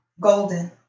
Golden